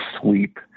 sweep